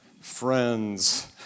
Friends